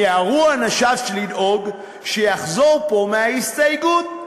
מיהרו אנשיו לדאוג שיחזור בו מההסתייגות.